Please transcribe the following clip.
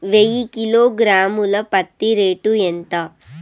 వెయ్యి కిలోగ్రాము ల పత్తి రేటు ఎంత?